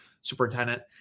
superintendent